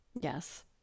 Yes